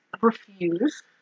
refuse